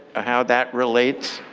ah how that relates?